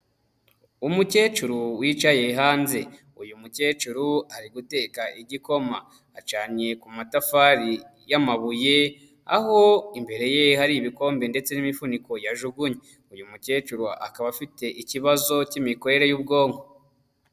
Umukecuru wicaye hanze, uyu mukecuru ari guteka igikoma, acanye ku matafari y'amabuye, aho imbere ye hari ibikombe ndetse n'imifuniko yajugunye, uyu mukecuru akaba afite ikibazo k'imikorere y'ubwonko.